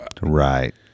Right